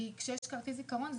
כי כשיש כרטיס זיכרון,